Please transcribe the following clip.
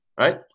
right